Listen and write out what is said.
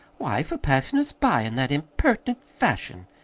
why, for passing us by in that impertinent fashion,